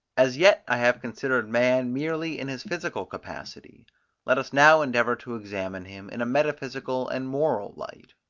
as yet i have considered man merely in his physical capacity let us now endeavour to examine him in a metaphysical and moral light.